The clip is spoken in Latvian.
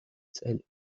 ceļu